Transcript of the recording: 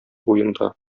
буенда